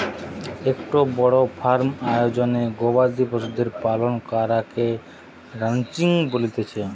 একটো বড় ফার্ম আয়োজনে গবাদি পশুদের পালন করাকে রানচিং বলতিছে